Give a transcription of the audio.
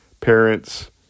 Parents